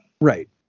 Right